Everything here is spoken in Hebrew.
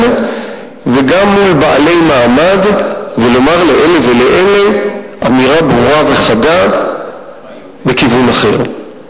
וגם מול בעלי מעמד ולומר לאלה ולאלה אמירה ברורה וחדה בכיוון אחר.